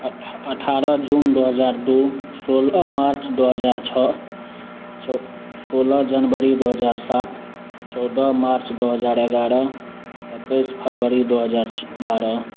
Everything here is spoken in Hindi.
अट्ठ अठारह जून दो हज़ार दो सोलह मार्च दो हज़ार छः सोलह जनबरी दो हज़ार सात चौदह मार्च दो हज़ार ग्यारह इक्कीस फरवरी दो हज़ार बारह